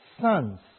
sons